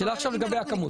השאלה עכשיו היא לגבי הכמות.